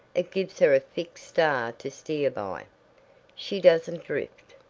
it gives her a fixed star to steer by. she doesn't drift.